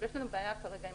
יש לנו בעיה כרגע עם